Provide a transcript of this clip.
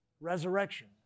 resurrection